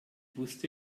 wusste